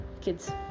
kids